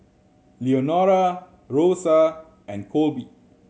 Leonora Rosa and Colby